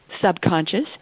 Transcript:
subconscious